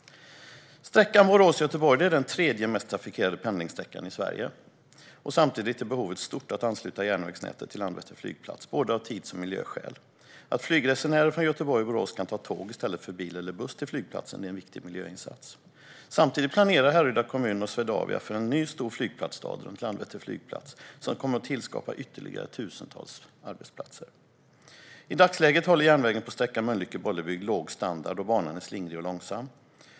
Sträckan Borås-Göteborg är den tredje mest trafikerade pendlingssträckan i Sverige. Samtidigt är behovet stort att ansluta järnvägsnätet till Landvetter flygplats, av både tidsskäl och miljöskäl. Att flygresenärer från Göteborg och Borås kan ta tåg i stället för bil eller buss till flygplatsen är en viktig miljöinsats. Samtidigt planerar Härryda kommun och Swedavia för en ny stor flygplatsstad runt Landvetter flygplats, som kommer att tillskapa ytterligare tusentals arbetsplatser. I dagsläget håller järnvägen på sträckan Mölnlycke-Bollebygd låg standard, och banan är slingrig och långsam.